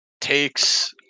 takes